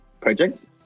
projects